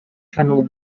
channel